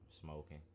smoking